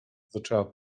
zaczęła